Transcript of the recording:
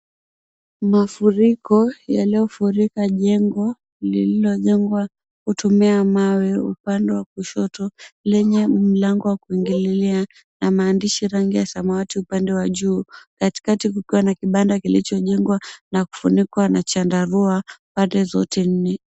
Mafuriko yaliofurika jengo lililo jengwa ikutumiwa mawe upande wa kushoto lenyelango wa kuingililia na maandishi rangi ya samawati upande wa juu katikati kukiwa nakibanda kililo jengwa na kufunikwa na chandaruwe bande zote nne.